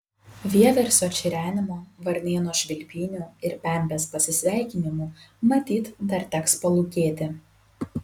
vieversio čirenimo varnėno švilpynių ir pempės pasisveikinimų matyt dar teks palūkėti